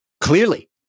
Clearly